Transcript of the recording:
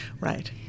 Right